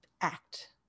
Act